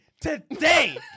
Today